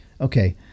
Okay